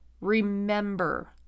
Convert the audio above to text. remember